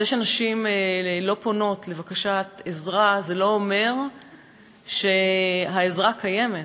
זה שנשים לא פונות בבקשת עזרה לא אומר שהעזרה קיימת,